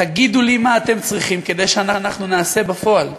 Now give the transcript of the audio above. תגידו לי מה אתם צריכים, כדי שאנחנו נעשה בפועל.